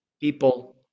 people